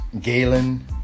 Galen